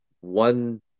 one